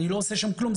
אני לא עושה שם כלום.